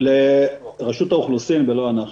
זה רשות האוכלוסין ולא אנחנו.